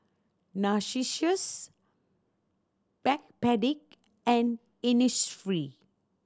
Narcissus Backpedic and Innisfree